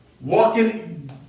walking